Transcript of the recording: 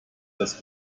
das